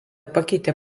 pakeitė